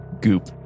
Goop